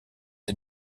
est